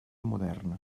moderna